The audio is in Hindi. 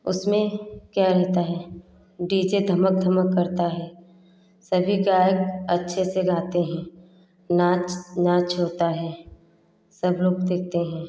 उसमें क्या रहता है डी जे धमक धमक करता है सभी गायक अच्छे से गाते हैं नाच नाच होता है सब लोग देखते हैं